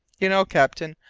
you know, captain,